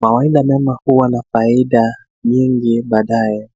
Mawaidha mema huwa na faida nyingi baadaye.